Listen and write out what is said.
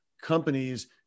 companies